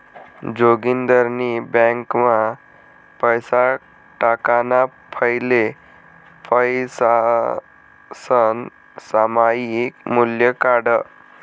जोगिंदरनी ब्यांकमा पैसा टाकाणा फैले पैसासनं सामायिक मूल्य काढं